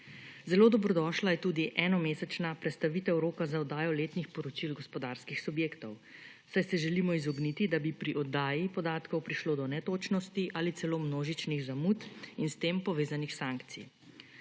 Zelo dobrodošla je tudi enomesečna prestavitev roka za oddajo letnih poročil gospodarskih subjektov, saj se želimo izogniti, da bi pri oddaji podatkov prišlo do netočnosti ali celo množičnih zamud in s tem povezanih sankcij.